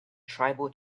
tribal